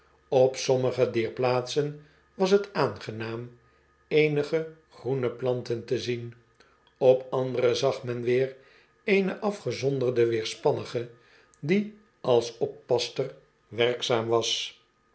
op sommige dier plaatsen was t aangenaam eenige groene planten te zien op andere zag men weer eene afgezonderde weerspannige die alsoppassterwerkzaam was